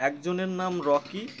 একজনের নাম রকি